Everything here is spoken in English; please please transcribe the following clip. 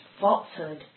falsehood